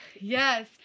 yes